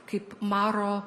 kaip maro